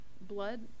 blood